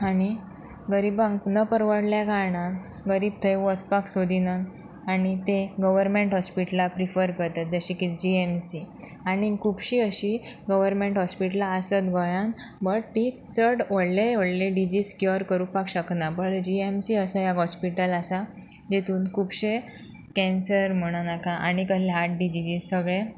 आनी गरीबांक न परवडल्या कारणान गरीब थंय वचपाक सोदिनात आनी ते गवरमॅंट हॉस्पिटलां प्रिफर करतात जशें की जी ऍम सी आनी खुबशीं अशीं गव्हवरमॅंट हॉस्पिटलां आसत गोंयान बट ती चड व्हडले व्हडले डिझीस क्युअर करपाक शकना पण जी ऍम सी असा ह्या हॉस्पिटल आसा जितून खुबशे कॅन्सर म्हणूं नाका आनी कसले हार्ट डिझीजीस सगळे